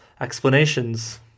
Explanations